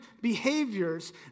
behaviors